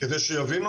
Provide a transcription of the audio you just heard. על מנת שיבינו,